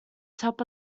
top